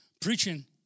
Preaching